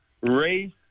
Race